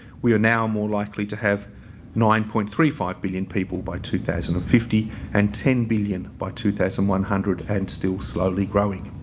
we are now more likely to have nine point three five billion people by two thousand and fifty and ten billion by two thousand one hundred and still slowly growing.